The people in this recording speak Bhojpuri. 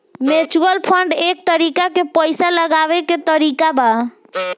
म्यूचुअल फंड एक तरीका के पइसा लगावे के तरीका बा